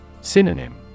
Synonym